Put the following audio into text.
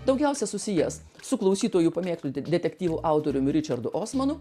daugiausia susijęs su klausytojų pamėgtu detektyvų autoriumi ričardu osmanu